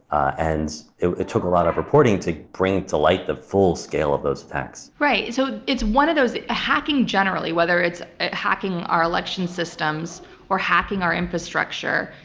and it it took a lot of reporting to bring to light the full scale of those facts. right. so it's one of those hacking generally, whether it's ah hacking our election systems or hacking our infrastructure,